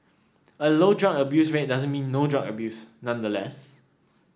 a low drug abuse rate doesn't mean no drug abuse nonetheless